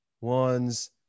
one's